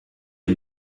est